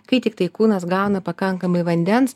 kai tiktai kūnas gauna pakankamai vandens